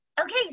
Okay